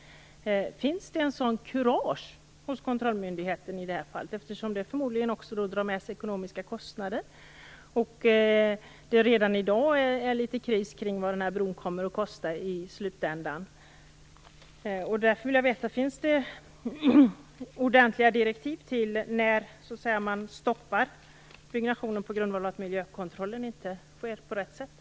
Finns det sådant kurage hos kontrollmyndigheten i det här fallet? Det för ju förmodligen också med sig ekonomiska kostnader och redan i dag är det ju litet kris kring frågan om vad bron kommer att kosta i slutändan.